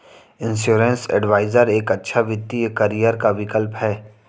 insurance adviser एक अच्छा वित्तीय करियर का विकल्प है